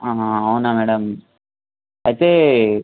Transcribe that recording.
అవునా మేడం అయితే